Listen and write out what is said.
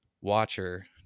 watcher